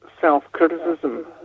self-criticism